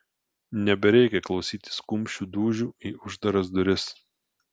nebereikia klausytis kumščių dūžių į uždaras duris